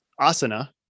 asana